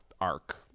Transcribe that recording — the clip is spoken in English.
arc